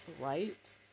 right